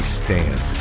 stand